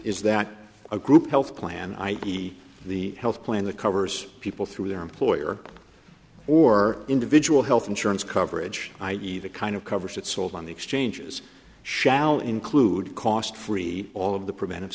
is that a group health plan i e the health plan that covers people through their employer or individual health insurance coverage i e the kind of coverage that sold on the exchanges shall include cost free all of the preventive